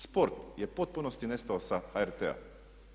Sport je u potpunosti nestao sa HRT-a.